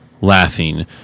laughing